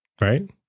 Right